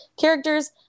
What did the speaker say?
characters